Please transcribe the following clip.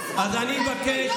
אז אני מבקש.